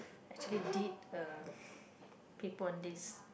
actually did a paper on this